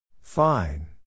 Fine